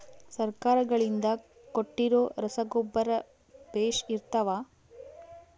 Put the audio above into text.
ಸರ್ಕಾರಗಳಿಂದ ಕೊಟ್ಟಿರೊ ರಸಗೊಬ್ಬರ ಬೇಷ್ ಇರುತ್ತವಾ?